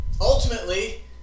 Ultimately